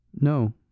No